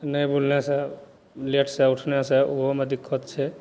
नहि बुललासँ लेटसँ उठनेसँ ओहोमे दिक्कत छै